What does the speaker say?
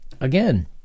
Again